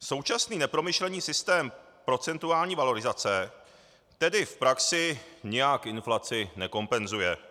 Současný nepromyšlený systém procentuální valorizace tedy v praxi nijak inflaci nekompenzuje.